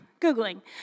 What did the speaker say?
googling